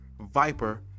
Viper